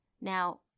Now